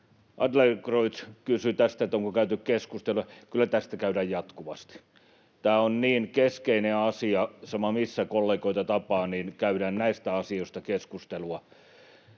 Adlercreutz kysyi, onko käyty keskustelua: Kyllä tästä käydään jatkuvasti. Tämä on niin keskeinen asia. Sama, missä kollegoita tapaa, niin käydään näistä asioista keskustelua.